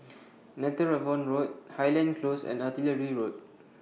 Netheravon Road Highland Close and Artillery Road